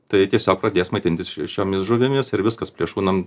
tai tiesiog pradės maitintis ši šiomis žuvimis ir viskas plėšrūnam